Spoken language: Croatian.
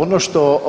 Ono što